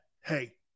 Hey